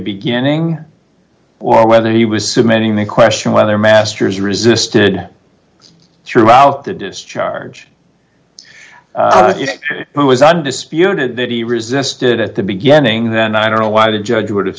beginning or whether he was submitting the question whether masters resisted throughout the discharge who was undisputed that he resisted at the beginning then i don't know why the judge would